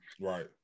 Right